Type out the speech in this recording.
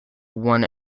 one